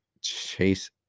Chase